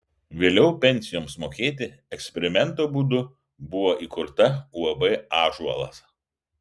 vėliau pensijoms mokėti eksperimento būdu buvo įkurta uab ąžuolas